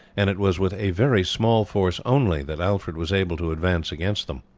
and it was with a very small force only that alfred was able to advance against them.